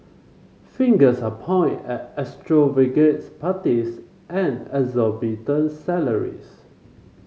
fingers are point at extravagant parties and exorbitant salaries